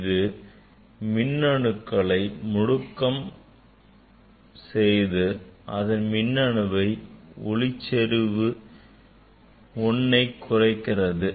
இது மின்னணுக்களை எதிர் முடுக்கம் செய்து அதன் மின்னணு மின்னோட்ட செறிவு I ஐ குறைக்கிறது